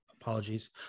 Apologies